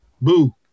boo